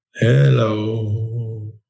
Hello